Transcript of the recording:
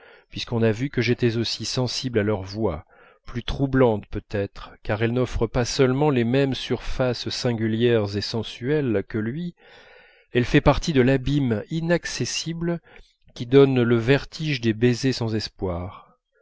puisqu'on a vu que j'étais aussi sensible à leur voix plus troublante peut-être car elle n'offre pas seulement les mêmes surfaces singulières et sensuelles que lui elle fait partie de l'abîme inaccessible qui donne le vertige des baisers sans espoir